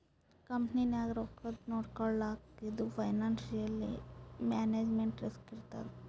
ಕಂಪನಿನಾಗ್ ರೊಕ್ಕಾದು ನೊಡ್ಕೊಳಕ್ ಇದು ಫೈನಾನ್ಸಿಯಲ್ ಮ್ಯಾನೇಜ್ಮೆಂಟ್ ರಿಸ್ಕ್ ಇರ್ತದ್